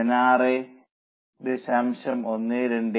അതിനാൽ 32 ൽ നിന്ന് 16